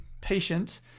patient